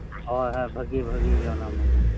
ᱦᱳᱭ ᱦᱳᱭ ᱵᱷᱟᱹᱜᱤ ᱵᱷᱟᱹᱜᱤ ᱜᱮ ᱚᱱᱟ ᱢᱟ